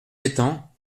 etangs